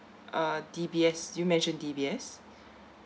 uh D_B_S you mentioned D_B_S